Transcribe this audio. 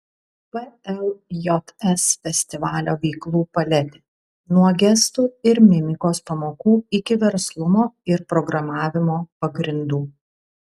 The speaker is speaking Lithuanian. pljs festivalio veiklų paletė nuo gestų ir mimikos pamokų iki verslumo ir programavimo pagrindų